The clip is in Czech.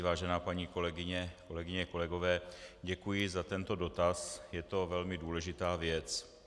Vážená paní kolegyně, kolegyně, kolegové, děkuji za tento dotaz, je to velmi důležitá věc.